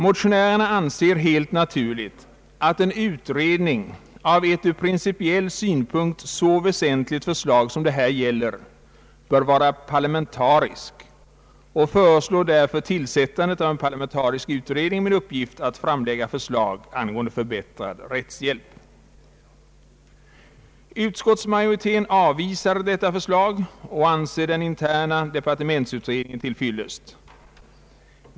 Motionärerna anser helt naturligt att en utredning av ett från principiell synpunkt så väsentligt förslag som det här gäller bör vara parlamentarisk och föreslår därför tillsättandet av en parlamentarisk utredning med uppgift att framlägga förslag angående förbättrad rättshjälp. Utskottsmajoriteten avvisar detta förslag och anser den interna departementsutredningen till fyllest.